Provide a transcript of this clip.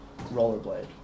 rollerblade